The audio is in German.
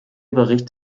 bericht